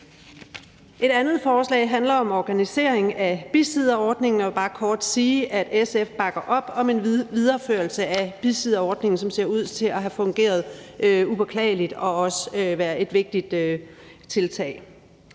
Et andet forslag handler om organisering af bisidderordningen. Jeg vil bare kort sige, at SF bakker op om en videreførelse af bisidderordningen, som ser ud til at have fungeret upåklageligt, og som også har været et vigtigt tiltag.